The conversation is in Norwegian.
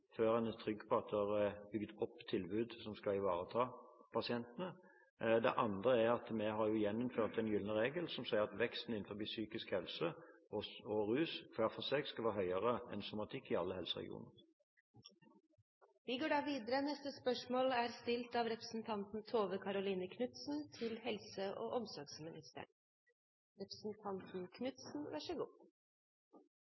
før en er trygg på at det er bygget opp tilbud som skal ivareta pasienten. Den andre er at vi har gjeninnført den «gylne regel», som sier at veksten innenfor psykisk helse og rus hver for seg skal være høyere enn somatikk i alle helseregioner. «I Tilleggsprop. 1 S for 2014 legger regjeringa inn en økning på ca. 250 mill. kr øremerket private behandlere innen rus og